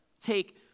take